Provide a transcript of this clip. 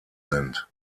sind